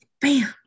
bam